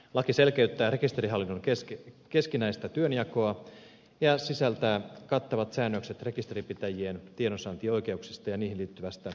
laki selkeyttää rekisterihallinnon keskinäistä työnjakoa ja sisältää kattavat säännökset rekisterinpitäjien tiedonsaantioikeuksista ja niihin liittyvästä ilmoitusvelvollisuudesta